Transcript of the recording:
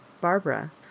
Barbara